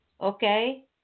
Okay